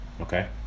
Okay